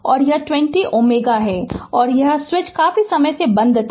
और यह 20 Ω है और यह स्विच काफी समय से बंद था